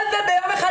כל זה ביום אחד,